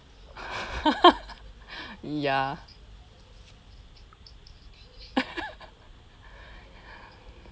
ya